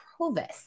Provis